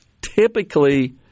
Typically